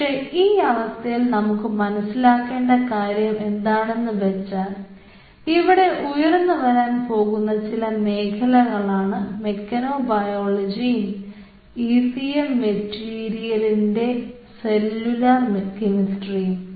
പക്ഷേ ഈ അവസ്ഥയിൽ നമുക്ക് മനസ്സിലാക്കേണ്ട കാര്യം എന്താണെന്ന് വെച്ചാൽ ഇവിടെ ഉയർന്നു വരാൻ പോകുന്ന ചില മേഖലകളാണ് മെക്കനോബയോളജിയും ഈസിഎം മെറ്റീരിയൽ ൻറെ സെല്ലുലാർ കെമിസ്ട്രിയും